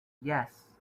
yes